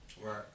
Right